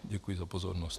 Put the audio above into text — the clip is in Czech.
Děkuji za pozornost.